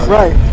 right